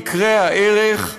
יקרי הערך,